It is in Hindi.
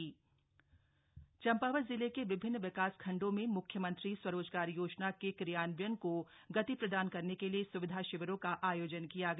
कम्प का आयोजन चंपावत जिले के विभिन्न विकासखंडों में मुख्यमंत्री स्वरोजगार योजना के क्रियान्वयन को गति प्रदान करने के लिए सुविधा शिविरों का आयोजन किया गया